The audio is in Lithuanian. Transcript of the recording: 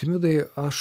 rimvydai aš